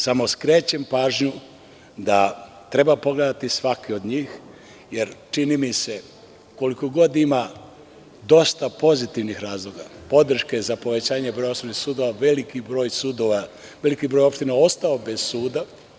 Samo skrećem pažnju da treba pogledati svaki od njih, jer čini mi se da, koliko god da ima dosta pozitivnih razloga, podrške za povećanje broja osnovnih sudova, veliki broj opština je ostao bez suda.